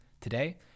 Today